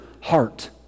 heart